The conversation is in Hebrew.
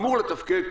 אמור לתפקד,